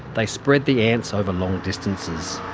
they spread the ants over long distances.